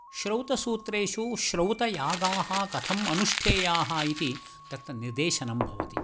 श्रौतसूत्रेषु श्रौतयागाः कथम् अनुष्ठेयाः इति तत्र निर्देशनं भवति